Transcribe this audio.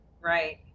right